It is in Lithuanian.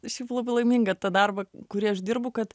šiaip labai laiminga tą darbą kurį aš dirbu kad